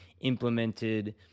implemented